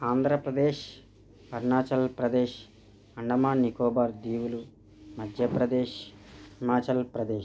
ఆంధ్రప్రదేశ్ అరుణాచల్ ప్రదేశ్ అండమాన్ నికోబార్ దీవులు మధ్యప్రదేశ్ హిమాచల్ ప్రదేశ్